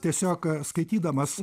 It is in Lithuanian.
tiesiog skaitydamas